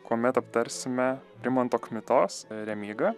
kuomet aptarsime rimanto kmitos remygą